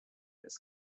this